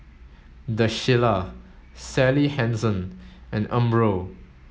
The Shilla Sally Hansen and Umbro